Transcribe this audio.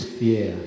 fear